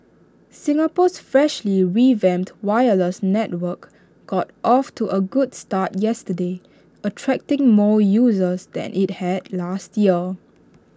Singapore's freshly revamped wireless network got off to A good start yesterday attracting more users than IT had last year